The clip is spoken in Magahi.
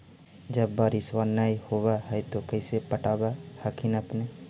जब बारिसबा नय होब है तो कैसे पटब हखिन अपने?